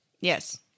Yes